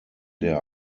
der